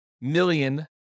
million